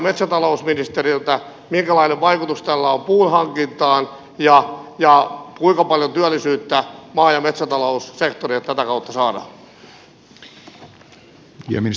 minkälainen vaikutus tällä on puun hankintaan ja kuinka paljon työllisyyttä maa ja metsätaloussektorille tätä kautta saadaan